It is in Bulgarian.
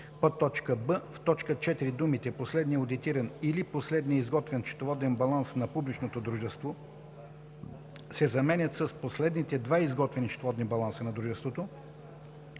д) в т. 7 думите „последния одитиран или последния изготвен счетоводен баланс на публичното дружество“ се заменят с „последните два изготвени счетоводни баланса на дружеството,